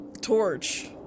torch